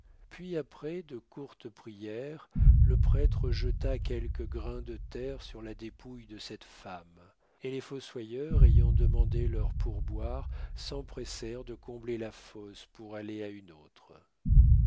puis après de courtes prières le prêtre jeta quelques grains de terre sur la dépouille de cette femme et les fossoyeurs ayant demandé leur pourboire s'empressèrent de combler la fosse pour aller à une autre